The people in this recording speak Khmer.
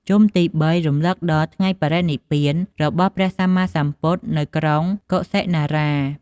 ជុំទី ៣ រំលឹកដល់ ថ្ងៃបរិនិព្វាន របស់ព្រះសម្មាសម្ពុទ្ធនៅក្រុងកុសិនារា។